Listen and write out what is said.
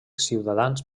ciutadans